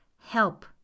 help